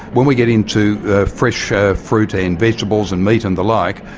when we get into ah fresh ah fruit and vegetables and meat and the like,